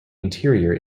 interior